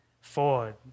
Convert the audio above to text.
forward